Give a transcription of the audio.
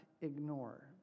ignore